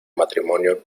matrimonio